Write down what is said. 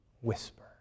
whisper